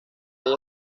ella